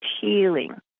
healing